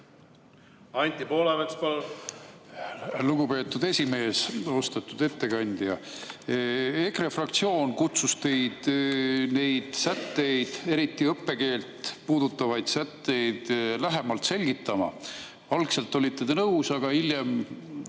Anti Poolamets, palun! Lugupeetud esimees! Austatud ettekandja! EKRE fraktsioon kutsus teid neid sätteid, eriti õppekeelt puudutavaid sätteid lähemalt selgitama. Algselt olite nõus, aga hiljem